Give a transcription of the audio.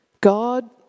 God